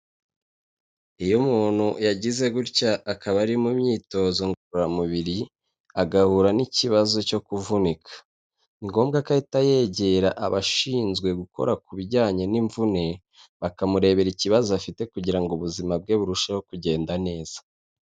Iyo umuntu yagize gutya akaba ari mu myitozo ngororamubiri, agahura n'ikibazo cyo kuvunika. Ni ngombwa ko ahita yegera abashinzwe gukora ku bijyanye n'imvune, bakamurebera ikibazo afite kugira ngo ubuzima bwe burusheho kugenda neza.